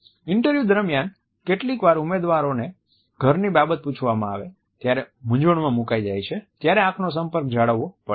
interview દરમિયાન કેટલીકવાર ઉમેદવારોને ઘરની બાબત પૂછવામાં આવે ત્યારે મૂંઝવણમાં મુકાઈ જાય છે ત્યારે આંખનો સંપર્ક જાળવવો પડે છે